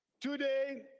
today